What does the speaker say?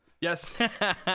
Yes